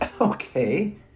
okay